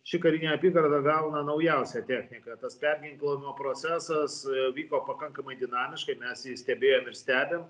ši karinė apygarda gauna naujausią techniką tas perginklavimo procesas vyko pakankamai dinamiškai mes jį stebėjom ir stebim